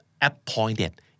appointed